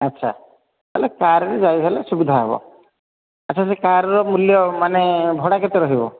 ଆଚ୍ଛା ହେଲେ କାର୍ରେ ବି ଯାଇ ହେଲେ ସୁବିଧା ହେବ ଆଚ୍ଛା ସେ କାର୍ର ମୂଲ୍ୟ ମାନେ ଭଡ଼ା କେତେ ରହିବ